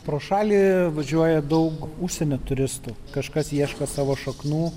pro šalį važiuoja daug užsienio turistų kažkas ieško savo šaknų